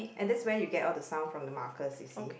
and that's where you get all the sound from the markers you see